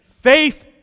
Faith